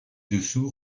dessous